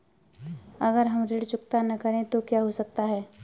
अगर हम ऋण चुकता न करें तो क्या हो सकता है?